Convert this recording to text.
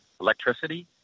electricity